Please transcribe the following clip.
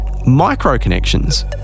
micro-connections